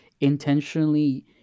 intentionally